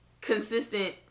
consistent